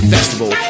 Festival